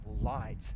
light